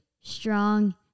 strong